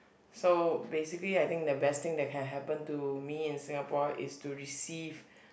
so basically I think the best thing that can happen to me in Singapore is to receive